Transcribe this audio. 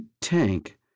tank